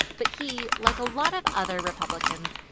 but he, like a lot of other republicans,